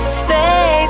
stay